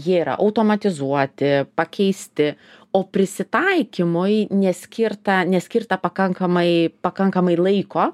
jie yra automatizuoti pakeisti o prisitaikymui neskirta neskirta pakankamai pakankamai laiko